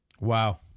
Wow